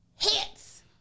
hits